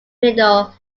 middle